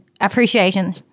appreciation